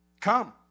Come